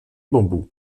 bambou